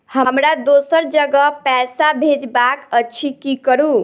हमरा दोसर जगह पैसा भेजबाक अछि की करू?